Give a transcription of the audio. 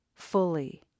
fully